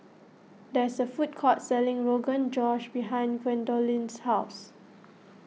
there is a food court selling Rogan Josh behind Gwendolyn's house